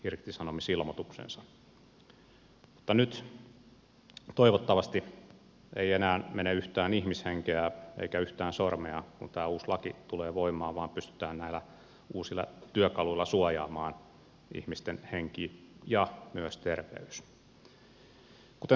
mutta nyt toivottavasti ei enää mene yhtään ihmishenkeä eikä yhtään sormea kun tämä uusi laki tulee voimaan vaan pystytään näillä uusilla työkaluilla suojaamaan ihmisten henki ja myös terveys